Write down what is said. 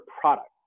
product